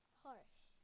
harsh